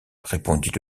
répondit